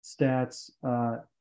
stats